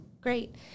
great